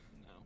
No